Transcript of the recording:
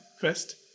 first